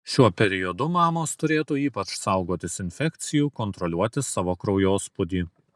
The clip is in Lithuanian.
šiuo periodu mamos turėtų ypač saugotis infekcijų kontroliuoti savo kraujospūdį